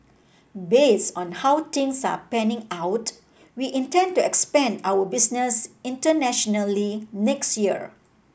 based on how things are panning out we intend to expand our business internationally next year